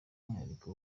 umwihariko